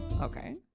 Okay